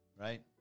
right